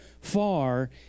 far